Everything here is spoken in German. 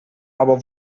aber